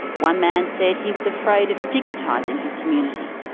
one man said he was afraid of stigmatising his community.